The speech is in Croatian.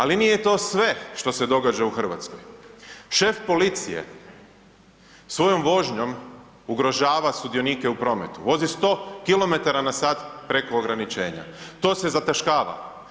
Ali nije to sve što se događa u Hrvatskoj, šef policije svojom vožnjom ugrožava sudionike u prometu, vozi 100km/h preko ograničenja, to se zataškava.